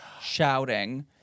shouting